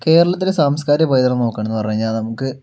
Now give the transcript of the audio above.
കേരളത്തിലെ സാംസ്കാരിക പൈതൃകം നോക്കുകയാണെന്നു പറഞ്ഞു കഴിഞ്ഞാൽ നമുക്ക്